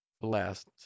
blessed